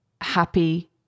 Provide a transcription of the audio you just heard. happy